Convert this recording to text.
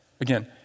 Again